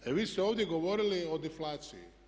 Vi ste ovdje govorili o deflaciji.